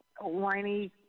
whiny